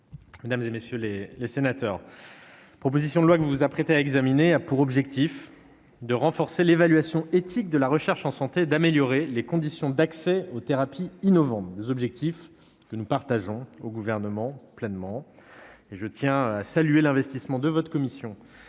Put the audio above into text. mesdames, messieurs les sénateurs, la proposition de loi que vous vous apprêtez à examiner a pour objet de renforcer l'évaluation éthique de la recherche en santé et d'améliorer les conditions d'accès aux thérapies innovantes- autant d'objectifs que nous partageons pleinement. Je tiens à saluer l'investissement de la commission